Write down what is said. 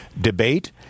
debate